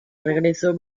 regreso